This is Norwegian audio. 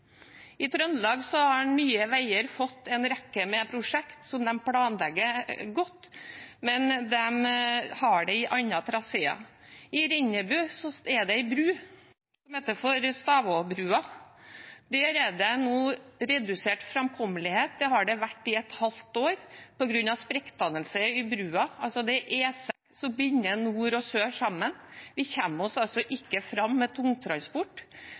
I Trøndelag har Nye Veier fått en rekke med prosjekter som de planlegger godt, men de har det i andre traseer. I Rennebu er det en bro som heter Stavåbrua. Der er det nå redusert framkommelighet, og det har det vært i et halvt år, på grunn av sprekkdannelse i broen. Det er E6 som binder nord og sør sammen, og vi kommer oss altså ikke fram med tungtransport,